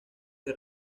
que